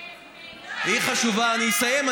אני אסיים.